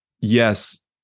yes